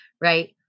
right